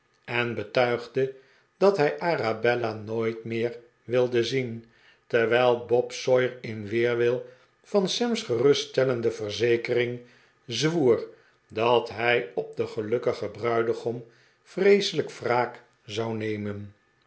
en betuigde dat hij arabella nooit meer wilde zieni terwijl bob sawyer in weerwil van sam's geruststell'ende verzekering zwoer dat hij op den gelukkigen bruidegom vreeselijk wraak zou nemen